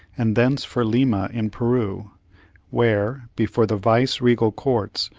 and thence for lima, in peru where, before the vice-regal courts,